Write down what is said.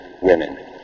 women